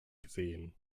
gesehen